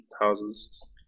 houses